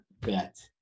bet